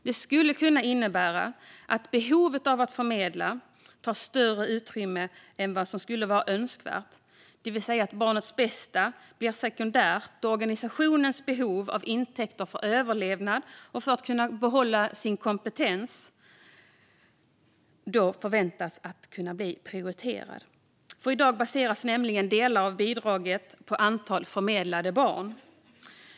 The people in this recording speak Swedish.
Det skulle kunna innebära att behovet av att förmedla tar större utrymme än vad som skulle vara önskvärt, det vill säga att barnets bästa blir sekundärt eftersom organisationens behov av intäkter för överlevnad och för att kunna behålla den kompetens som förväntas prioriteras. I dag baseras nämligen delar av bidraget på antal förmedlade barn.